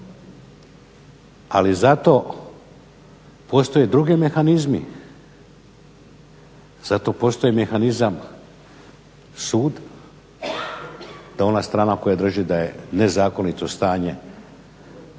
Ali zato postoje drugi mehanizmi, zato postoji mehanizam sud, da ona strana koja drži da je nezakonito stanje